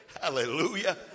Hallelujah